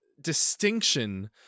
distinction